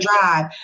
Drive